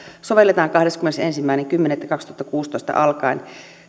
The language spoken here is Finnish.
sovelletaan kahdeskymmenesensimmäinen kymmenettä kaksituhattakuusitoista alkaen